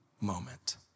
moment